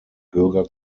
bürger